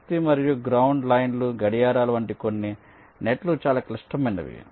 శక్తి మరియు గ్రౌండ్ లైన్లు గడియారాలు వంటి కొన్ని నెట్ లు చాలా క్లిష్టమైనవి